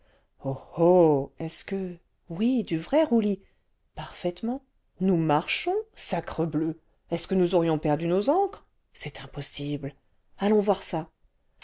oh est-ce que oui du vrai roulis parfaitement nous marchons sacrebleu est-ce que nous aurions perdu nos ancres c'est impossible allons voir ça